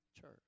church